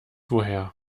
woher